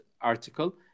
article